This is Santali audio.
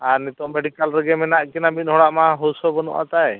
ᱟᱨ ᱱᱤᱛᱳᱜ ᱢᱮᱰᱤᱠᱮᱞ ᱨᱮᱜᱮ ᱢᱮᱱᱟᱜ ᱠᱤᱱᱟ ᱢᱤᱫ ᱦᱚᱲᱟᱜ ᱢᱟ ᱦᱩᱥ ᱦᱚᱸ ᱵᱟᱹᱱᱩᱜ ᱟᱛᱟᱭ